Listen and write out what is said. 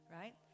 right